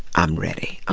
i'm ready.